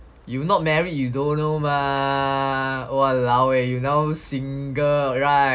you not marry you don't know mah !walao! eh you now single [right]